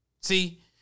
See